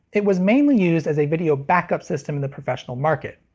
it was mainly used as a video backup system in the professional market.